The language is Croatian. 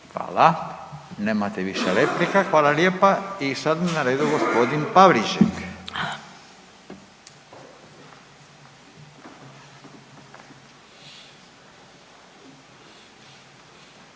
Hvala, nemate više replika, hvala lijepa. I sad je na redu g. Pavliček, izvolite.